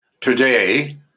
Today